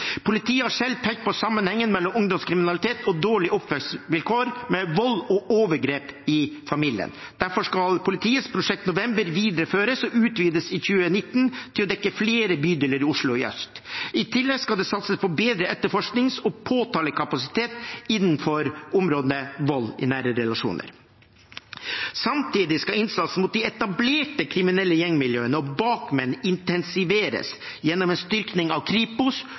Politiet har selv pekt på sammenhengen mellom ungdomskriminalitet og dårlige oppvekstvilkår med vold og overgrep i familien. Derfor skal politiets Prosjekt November videreføres og utvides i 2019 til å dekke flere bydeler i Oslo øst. I tillegg skal det satses på bedre etterforsknings- og påtalekapasitet innenfor området vold i nære relasjoner. Samtidig skal innsatsen mot de etablerte kriminelle gjengmiljøene og bakmenn intensiveres gjennom en styrking av Kripos